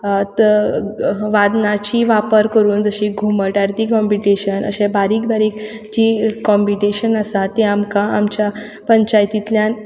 वादनाची वापर करून जशी घुमट आरती कंम्पिटीशन अशें बारीक बारीक जीं कंम्पिटीशन आसा तीं आमकां आमच्या पंचायतींतल्यान